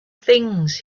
things